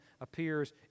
appears